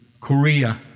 Korea